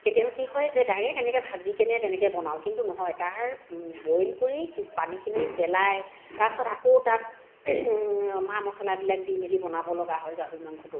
কেতিয়াবা কি হয় যে ডাইৰেক্ট এনেকৈ ভাজিকেনে তেনেকৈ বনাও কিন্তু নহয় তাৰ বইল কৰি পানীখিনি পেলাই তাৰপাছত আকৌ তাত মা মচলাবিলাক দি মেলি বনাব লগা হয় গাহৰি মাংসটো